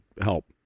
help